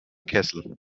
kessel